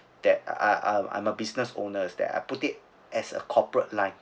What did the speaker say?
that I'm I'm I'm a business owner then I put it as a corporate line